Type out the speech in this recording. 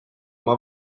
oma